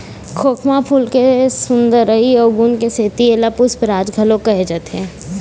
खोखमा फूल के सुंदरई अउ गुन के सेती एला पुस्पराज घलोक कहे जाथे